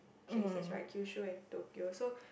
places right Kyushu and Tokyo so